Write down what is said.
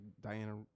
Diana